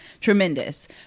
tremendous